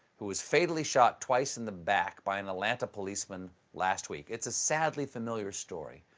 who was fatally shot twice in the back by an atlanta policeman last week. it's a sadly familiar story,